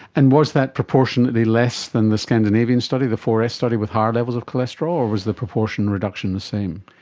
and was that proportionately less than the scandinavian study, the four s study with higher levels of cholesterol, or was the proportion reduction the same?